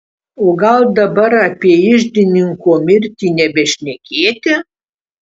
o gal dabar apie iždininko mirtį nebešnekėti